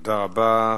תודה רבה.